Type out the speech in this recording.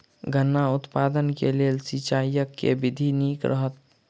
गन्ना उत्पादन केँ लेल सिंचाईक केँ विधि नीक रहत?